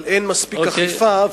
אבל אין מספיק אכיפה,